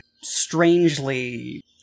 strangely